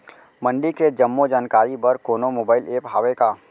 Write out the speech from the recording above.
मंडी के जम्मो जानकारी बर कोनो मोबाइल ऐप्प हवय का?